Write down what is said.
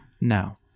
Now